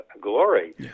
glory